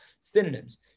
synonyms